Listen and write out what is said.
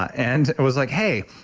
and it was like, hey,